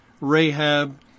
Rahab